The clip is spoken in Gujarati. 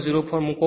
04 તેને મૂકો